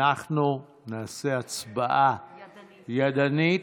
אנחנו נעשה הצבעה ידנית,